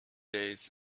days